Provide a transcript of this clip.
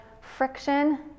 friction